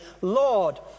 Lord